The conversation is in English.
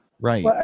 Right